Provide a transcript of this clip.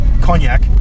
cognac